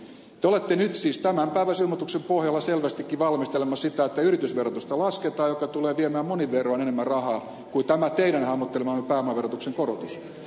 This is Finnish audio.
te olette nyt siis tämänpäiväisen ilmoituksen pohjalta selvästikin valmistelemassa sitä että yritysverotusta lasketaan mikä tulee viemään monin verroin enemmän rahaa kuin tämä teidän hahmottelemanne pääomaverotuksen korotus